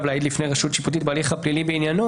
להעיד לפני רשות שיפוטית בהליך הפלילי בעניינו